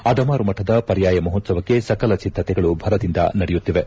ಅದಮಾರು ಮಠದ ಪರ್ಯಾಯ ಮಹೋತ್ಸವಕ್ಕೆ ಸಕಲ ಸಿದ್ಗತೆಗಳು ಭರದಿಂದ ನಡೆಯುತ್ತಿವೆ